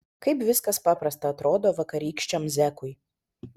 kaip viskas paprasta atrodo vakarykščiam zekui